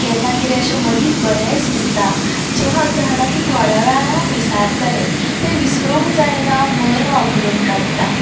केन्ना कितें अशें मदींत बरें सुचता जें हांव जाणा की थोड्या वेळान हांव विसारतलें तें विसरूंक जायना म्हुणून हांव बरोवन काडटा